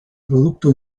producto